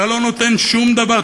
אתה לא נותן שום דבר,